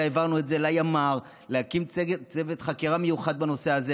העברנו את זה לימ"ר להקים צוות חקירה מיוחד בנושא הזה.